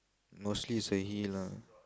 mostly is a he lah